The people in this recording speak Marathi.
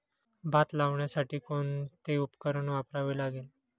भात लावण्यासाठी कोणते उपकरण वापरावे लागेल?